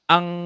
Ang